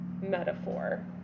metaphor